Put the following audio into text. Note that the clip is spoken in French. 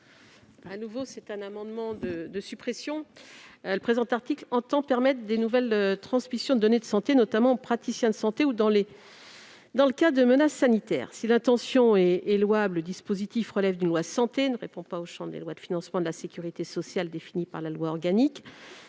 parole est à Mme la rapporteure. Le présent article vise à permettre de nouvelles transmissions de données de santé, notamment aux praticiens de santé ou dans le cas de menaces sanitaires. Si l'intention est louable, le dispositif relève d'une loi de santé et ne répond pas au champ des lois de financement de la sécurité sociale défini par la loi organique.